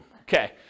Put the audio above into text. okay